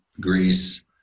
Greece